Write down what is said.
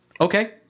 okay